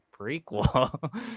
prequel